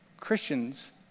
Christians